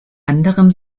anderem